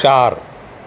चार